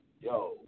Yo